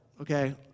okay